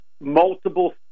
multiple